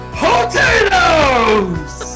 potatoes